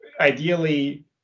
ideally